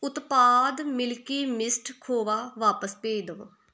ਉਤਪਾਦ Milky Mist ਖੋਵਾ ਵਾਪਸ ਭੇਜ ਦਵੋ